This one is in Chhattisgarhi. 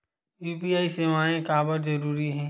यू.पी.आई सेवाएं काबर जरूरी हे?